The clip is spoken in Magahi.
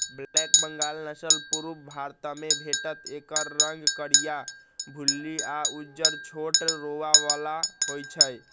ब्लैक बंगाल नसल पुरुब भारतमे भेटत एकर रंग करीया, भुल्ली आ उज्जर छोट रोआ बला होइ छइ